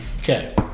Okay